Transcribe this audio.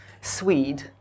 Swede